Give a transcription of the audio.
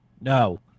No